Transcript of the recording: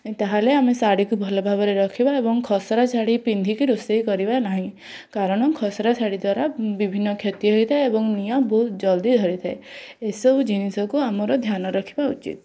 ତାହେଲେ ଆମେ ଶାଢ଼ୀକୁ ଭଲଭାବରେ ରଖିବା ଏବଂ ଖସରା ଶାଢ଼ୀ ପିନ୍ଧିକି ରୋଷେଇ କରିବା ନାହିଁ କାରଣ ଖସରା ଶାଢ଼ୀ ଦ୍ୱାରା ବିଭିନ୍ନ କ୍ଷତି ହୋଇଥାଏ ଏବଂ ନିଆଁ ବହୁତ ଜଲ୍ଦି ଧରିଥାଏ ଏ ସବୁ ଜିନିଷକୁ ଆମର ଧ୍ୟାନ ରଖିବା ଉଚିତ୍